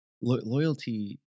loyalty